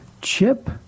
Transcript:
Chip